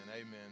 amen